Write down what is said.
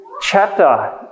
chapter